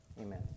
Amen